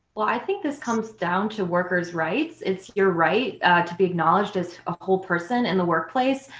well, i think this comes down to workers' rights. it's your right to be acknowledged as a whole person in the workplace,